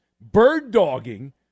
bird-dogging